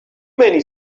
many